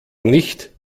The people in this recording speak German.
nicht